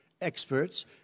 experts